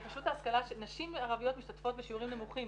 נשים ערביות משתתפות בשיעורים נמוכים,